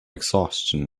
exhaustion